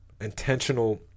intentional